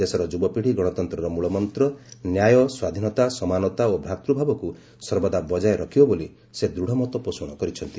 ଦେଶର ଯୁବପିଡ଼ି ଗଣତନ୍ତ୍ର ମୃଳମନ୍ତ ନ୍ୟାୟ ସ୍ୱାଧୀନତା ସମାନତା ଓ ଭ୍ରାତୃଭାବକୁ ସର୍ବଦା ବଜାୟ ରଖିବ ବୋଲି ସେ ଦୃଢ଼ ମତପୋଷଣ କରିଛନ୍ତି